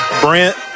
brent